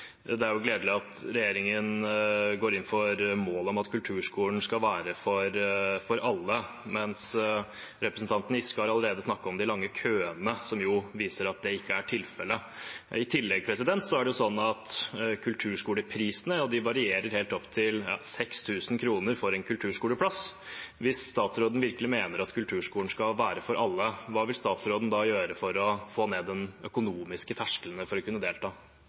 regjeringen går inn for målet om at kulturskolen skal være for alle, men representanten Giske har allerede snakket om de lange køene, som viser at det ikke er tilfellet. I tillegg varierer kulturskoleprisene, det kan være helt opp til 6 000 kr for en kulturskoleplass. Hvis statsråden virkelig mener at kulturskolen skal være for alle, hva vil statsråden da gjøre for å få ned den økonomiske terskelen for å kunne delta?